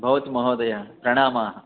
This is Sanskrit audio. भवतु महोदय प्रणामाः